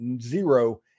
zero